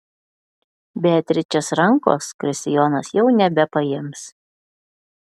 beatričės rankos kristijonas jau nebepaims